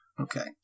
Okay